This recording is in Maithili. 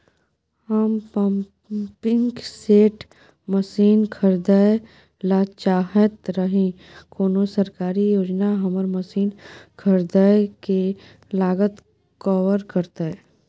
हम पम्पिंग सेट मसीन खरीदैय ल चाहैत रही कोन सरकारी योजना हमर मसीन खरीदय के लागत कवर करतय?